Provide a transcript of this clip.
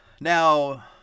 Now